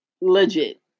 Legit